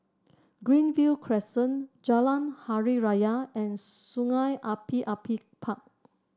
Greenview Crescent Jalan Hari Raya and Sungei Api Api Park